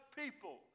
people